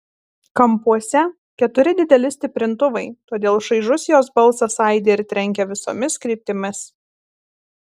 kampuose keturi dideli stiprintuvai todėl šaižus jos balsas aidi ir trenkia visomis kryptimis